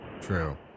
true